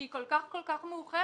שהיא כל כך כל כך מאוחרת,